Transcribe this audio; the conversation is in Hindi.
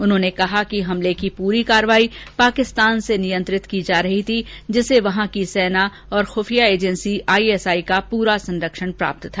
उन्होंने कहा कि हमले की पूरी कार्रवाई पाकिस्तान से नियंत्रित की जा रही थी जिसे वहां की सेना और खुफिया एजेंसी आईएस आई का पूरा संरक्षण प्राप्त था